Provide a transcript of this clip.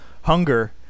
Hunger